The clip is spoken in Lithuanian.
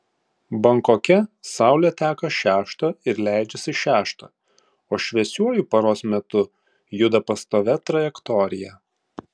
bankoke saulė teka šeštą ir leidžiasi šeštą o šviesiuoju paros metu juda pastovia trajektorija